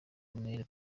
umwere